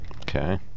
Okay